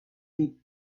sie